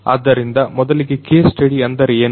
ಆದ್ದರಿಂದ ಮೊದಲಿಗೆ case study ಅಂದರೆ ಏನು